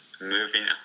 Moving